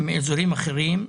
מאזורים אחרים,